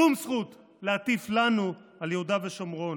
שום זכות, להטיף לנו על יהודה ושומרון.